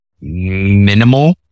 minimal